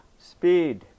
Speed